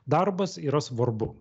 darbas yra svarbu